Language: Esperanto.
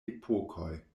epokoj